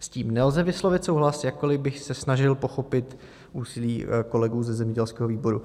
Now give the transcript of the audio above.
S tím nelze vyslovit souhlas, jakkoliv bych se snažil pochopit úsilí kolegů ze zemědělského výboru.